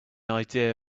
idea